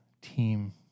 team